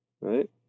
right